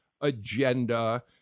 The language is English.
agenda